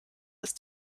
ist